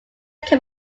can